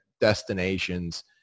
destinations